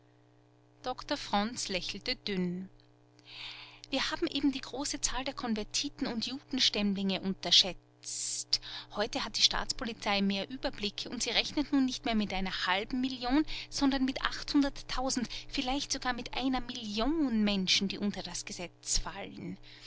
doktor fronz lächelte dünn wir haben eben die große zahl der konvertiten und judenstämmlinge unterschätzt heute hat die staatspolizei mehr ueberblick und sie rechnet nun nicht mehr mit einer halben million sondern mit achthunderttausend vielleicht sogar mit einer million menschen die unter das gesetz fallen